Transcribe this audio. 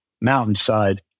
Mountainside